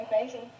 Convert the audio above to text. amazing